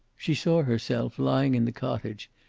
she saw herself lying in the cottage,